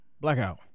Blackout